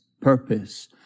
purpose